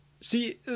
See